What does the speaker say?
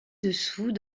dessous